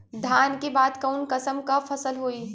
धान के बाद कऊन कसमक फसल होई?